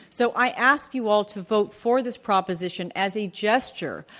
so i ask you all to vote for this proposition as a gesture,